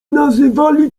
nazywali